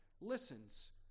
listens